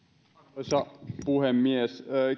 arvoisa puhemies